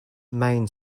main